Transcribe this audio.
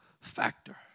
factor